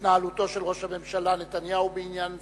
והתנהלותו של ראש הממשלה נתניהו בעניין זה.